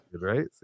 Right